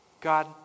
God